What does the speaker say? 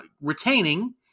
retaining